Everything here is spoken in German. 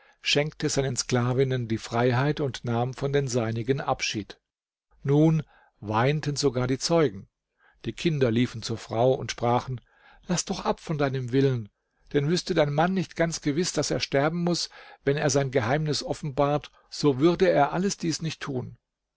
schenkte seinen sklavinnen die freiheit und nahm von den seinigen abschied nun weinten sogar die zeugen die kinder liefen zur frau und sprachen laß doch ab von deinem willen denn wüßte dein mann nicht ganz gewiß daß er sterben muß wenn er sein geheimnis offenbart so würde er alles dies nicht tun